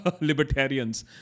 libertarians